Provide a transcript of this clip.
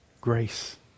grace